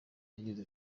yagize